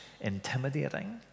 intimidating